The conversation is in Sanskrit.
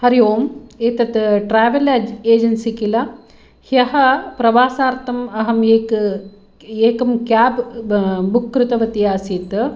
हरि ओम् एतत् ट्रेवेल् एजेन्सी किल ह्यः प्रवासार्थम् अहम् एक्ं एकं केब् बुक् कृतवती आसीत्